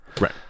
Right